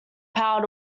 power